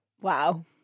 Wow